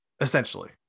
essentially